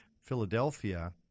Philadelphia